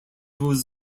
was